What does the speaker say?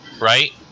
right